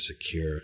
secure